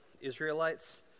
Israelites